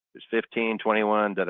it's fifteen, twenty one. but